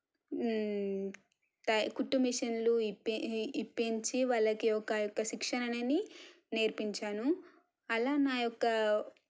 త కుట్టు మిషన్లు ఇప్పి ఇప్పించి వాళ్ళకి ఒక యొక్క శిక్షణని నేర్పించాను అలా నాయొక్క